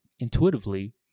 Intuitively